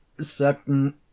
certain